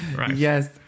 Yes